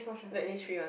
the Innisfree one